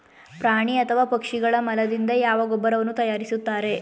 ಪ್ರಾಣಿ ಅಥವಾ ಪಕ್ಷಿಗಳ ಮಲದಿಂದ ಯಾವ ಗೊಬ್ಬರವನ್ನು ತಯಾರಿಸುತ್ತಾರೆ?